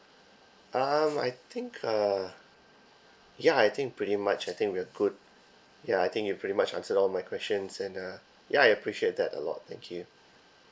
um I think uh ya I think pretty much I think we're good ya I think you pretty much answered all of my questions and uh ya I appreciate that a lot thank you